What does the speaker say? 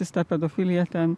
jis tą pedofiliją ten